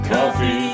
Coffee